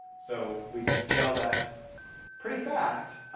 so we can scale that pretty fast.